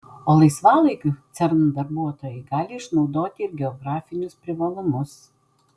o laisvalaikiu cern darbuotojai gali išnaudoti ir geografinius privalumus